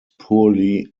poorly